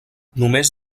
només